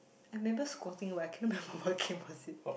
I remember squatting but I cannot remember what game was it